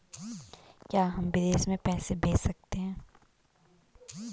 क्या हम विदेश में पैसे भेज सकते हैं?